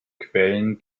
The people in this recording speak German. quellen